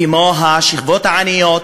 כמו השכבות העניות,